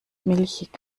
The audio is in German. milchig